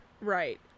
right